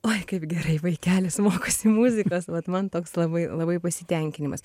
oi kaip gerai vaikelis mokosi muzikos vat man toks labai labai pasitenkinimas